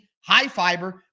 high-fiber